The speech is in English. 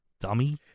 Dummy